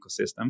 ecosystem